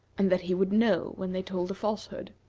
and that he would know when they told a falsehood.